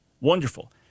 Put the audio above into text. wonderful